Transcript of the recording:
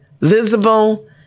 visible